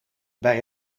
bij